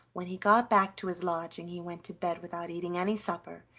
when he got back to his lodging he went to bed without eating any supper,